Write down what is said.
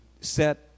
set